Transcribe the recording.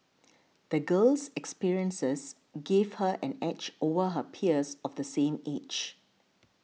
the girl's experiences gave her an edge over her peers of the same age